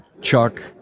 Chuck